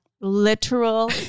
literal